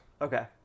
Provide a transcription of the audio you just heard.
okay